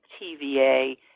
TVA